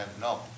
No